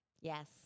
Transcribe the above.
Yes